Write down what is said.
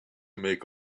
make